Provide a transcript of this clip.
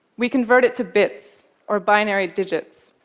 we convert it to bits, or binary digits.